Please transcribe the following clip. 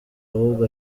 ahubwo